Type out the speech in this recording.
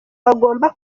bagomba